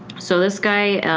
so this guy,